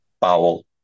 bowel